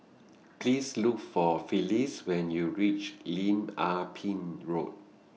Please Look For Phyllis when YOU REACH Lim Ah Pin Road